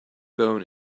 bone